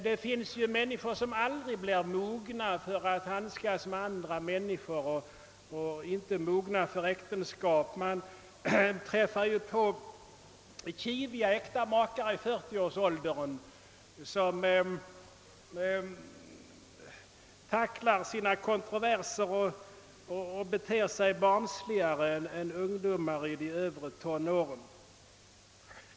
Det finns människor som aldrig blir mogna nog att handskas med andra människor. De blir aldrig mogna för äktenskap. Man träffar inte sällan på kiviga äkta makar i 40-årsåldern, vilka i sina kontroverser beter sig barnsligare än ungdomar i de övre tonåren.